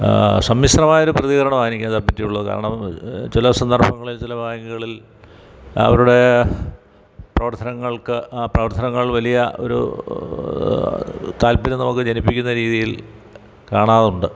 സമ്മിശ്രമായൊരു പ്രതികരണമാണ് എനിക്ക് അതേപ്പറ്റി ഉള്ളത് കാരണം ചില സന്ദർഭങ്ങളിൽ ചില ബാങ്കുകളിൽ അവരുടെ പ്രവർത്തനങ്ങൾക്ക് ആ പ്രവർത്തനങ്ങൾ വലിയ ഒരു താല്പര്യം നമുക്ക് ജനിപ്പിക്കുന്ന രീതിയിൽ കാണാറുണ്ട്